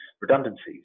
redundancies